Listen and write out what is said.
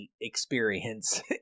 experience